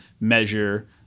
measure